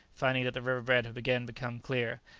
finding that the riverbed had again become clear.